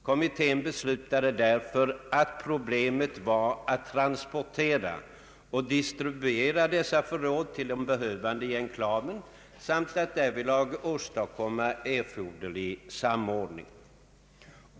Kommittén bedömde därför att problemet var att transportera och distribuera dessa förråd till de behövande i enklaven samt att därvidlag åstadkomma erforderlig samordning.